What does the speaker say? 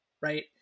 right